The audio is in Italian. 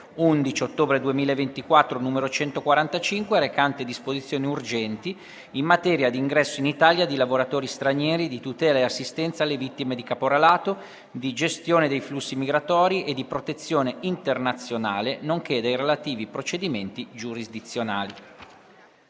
11 ottobre 2024, n. 145, recante disposizioni urgenti in materia di ingresso in Italia di lavoratori stranieri, di tutela e assistenza alle vittime di caporalato, di gestione dei flussi migratori e di protezione internazionale, nonché dei relativi procedimenti giurisdizionali»